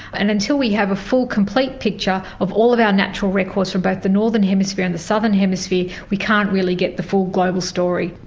and until we have a full complete picture of all of our natural records from both the northern hemisphere and the southern hemisphere, we can't really get the full global story.